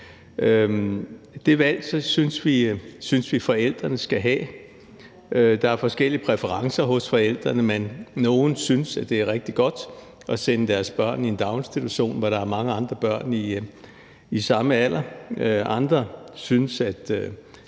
Det valg synes vi forældrene skal have. Der er forskellige præferencer hos forældrene. Nogle synes, det er rigtig godt at sende deres børn i en daginstitution, hvor der er mange andre børn på samme alder, andre synes, at